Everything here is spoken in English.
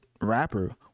rapper